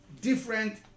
different